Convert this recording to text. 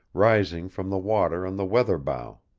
rising from the water on the weather-bow.